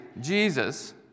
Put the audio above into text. Jesus